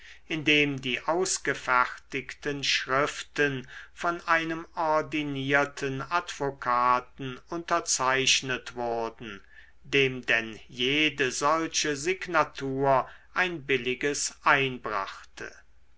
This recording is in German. indem die ausgefertigten schriften von einem ordinierten advokaten unterzeichnet wurden dem denn jede solche signatur ein billiges einbrachte